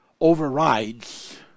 overrides